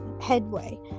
headway